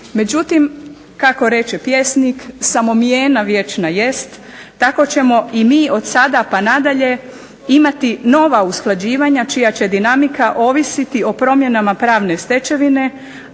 Međutim kako reče pjesnik "samo mjena vječna jest", tako ćemo i mi od sada pa nadalje imati nova usklađivanja čija će dinamika ovisiti o promjenama pravne stečevine,